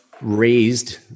Raised